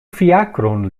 fiakron